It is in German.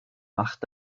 macht